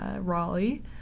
Raleigh